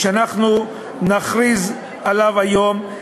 שאנחנו נכריז עליו היום,